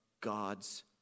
God's